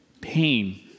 pain